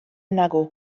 nago